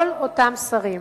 כל אותם שרים